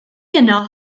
yno